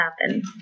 happen